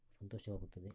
ಸಂತೋಷವಾಗುತ್ತದೆ